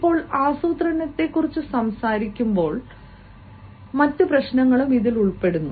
ഇപ്പോൾ ആസൂത്രണത്തെക്കുറിച്ച് സംസാരിക്കുമ്പോൾ മറ്റ് പ്രശ്നങ്ങളും ഉൾപ്പെടുന്നു